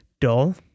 dull